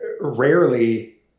Rarely